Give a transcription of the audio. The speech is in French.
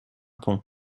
pont